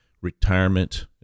Retirement